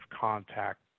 contact